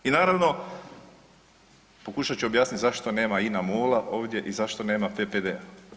I naravno pokušat ću objasniti zašto nema INA MOL-a ovdje i zašto nema PPD-a.